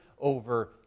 over